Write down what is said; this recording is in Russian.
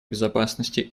безопасности